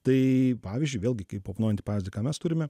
tai pavyzdžiui vėlgi kaip sapnuojant pavyzdį ką mes turime